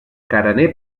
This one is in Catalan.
carener